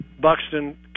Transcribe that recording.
Buxton